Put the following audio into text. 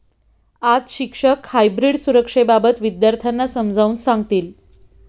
आज शिक्षक हायब्रीड सुरक्षेबाबत विद्यार्थ्यांना समजावून सांगतील